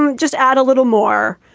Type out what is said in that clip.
um just add a little more.